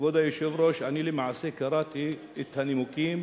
כבוד היושב-ראש, אני למעשה קראתי את הנימוקים